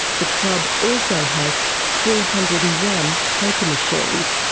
the club also has four hundred and one poker machines,